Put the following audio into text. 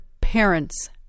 parents